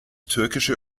türkische